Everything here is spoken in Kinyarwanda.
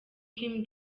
kim